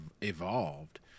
evolved